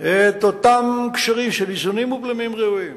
את אותם קשרים של איזונים ובלמים ראויים